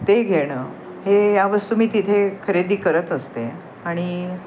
ते घेणं हे या वस्तू मी तिथे खरेदी करत असते आणि